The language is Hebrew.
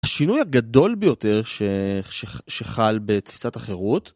השינוי הגדול ביותר שחל בתפיסת החירות.